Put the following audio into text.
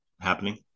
happening